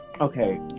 Okay